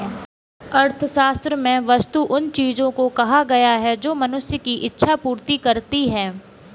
अर्थशास्त्र में वस्तु उन चीजों को कहा गया है जो मनुष्य की इक्षा पूर्ति करती हैं